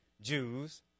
Jews